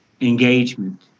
engagement